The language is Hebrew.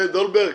כן, דולברג.